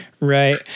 Right